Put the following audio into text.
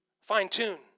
fine-tune